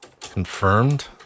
Confirmed